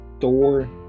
Thor